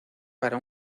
para